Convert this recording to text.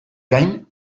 gain